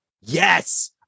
yes